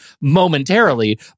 momentarily